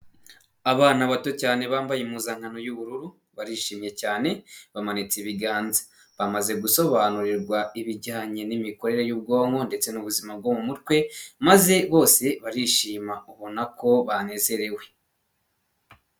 Abana bato cyane bambaye impuzankano y'ubururu, barishimye cyane, bamanitse ibiganza. Bamaze gusobanurirwa ibijyanye n'imikorere y'ubwonko ndetse n'ubuzima bwo mu mutwe, maze bose barishima, ubona ko banezerewe.